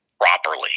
properly